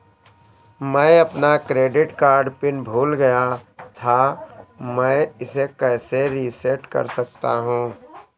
मैं अपना credit card PIN भूल गया था मैं इसे कैसे रीसेट कर सकता हूँ?